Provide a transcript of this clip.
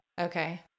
Okay